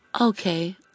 Okay